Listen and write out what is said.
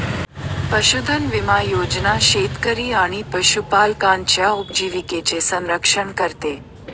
पशुधन विमा योजना शेतकरी आणि पशुपालकांच्या उपजीविकेचे संरक्षण करते